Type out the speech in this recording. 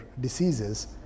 diseases